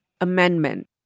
amendment